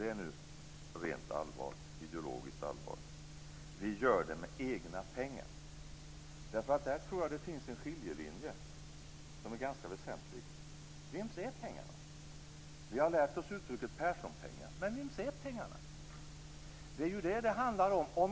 Det är nu rent ideologiskt allvar: Vi gör det med egna pengar. Där finns en skiljelinje som är väsentlig. Vems är pengarna? Vi har lärt oss uttrycket Perssonpengar. Men vems är pengarna? Det är det det handlar om.